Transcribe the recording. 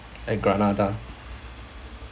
at granada